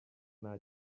nta